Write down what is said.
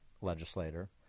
legislator